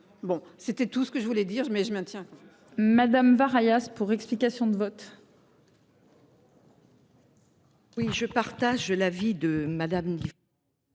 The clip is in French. bon c'était tout ce que je voulais dire mais je maintiens. Madame var alias pour explication de vote. Oui, je partage l'avis de Madame.